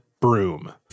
broom